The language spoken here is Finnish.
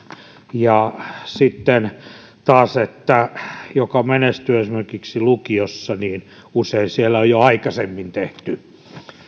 ja sitten taas jos menestyy esimerkiksi lukiossa niin usein siellä on jo aikaisemmin tehty